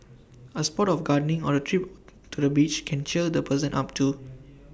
A spot of gardening or A trip to the beach can cheer the person up too